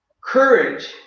courage